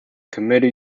committee